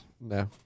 No